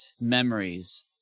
memories